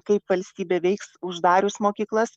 kaip valstybė veiks uždarius mokyklas